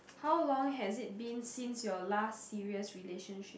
how long has it been since your last serious relationship